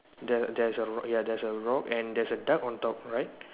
the there's a ya there is a rock and there's a duck on top right